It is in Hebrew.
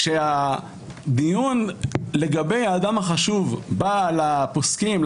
כשהדיון לגבי האדם החשוב בא לפוסקים,